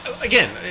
again